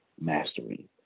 mastery